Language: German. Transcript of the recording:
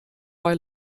bei